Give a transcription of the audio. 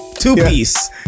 two-piece